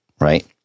right